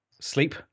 sleep